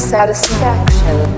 Satisfaction